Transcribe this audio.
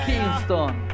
Kingston